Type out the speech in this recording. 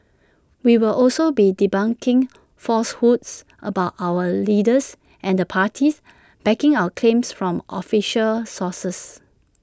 we will also be debunking falsehoods about our leaders and the parties backing our claims from official sources